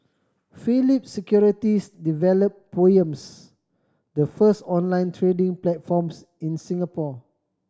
Phillip Securities developed Poems the first online trading platforms in Singapore